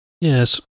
Yes